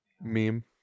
Meme